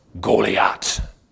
Goliath